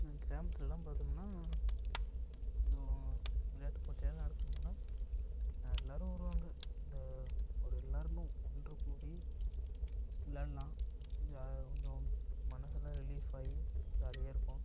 கிராமத்துலலாம் பார்த்தோம்னா விளையாட்டுப் போட்டியெல்லாம் நடத்துனோம்னா எல்லாரும் வருவாங்க இந்த ஒரு எல்லாருமே ஒன்று கூடி விளாடலாம் கொஞ்ச இந்த மனசெல்லாம் ரிலீஃப் ஆயி ஜாலியாக இருக்கும்